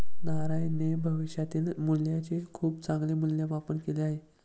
नारायणने भविष्यातील मूल्याचे खूप चांगले मूल्यमापन केले